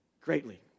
Greatly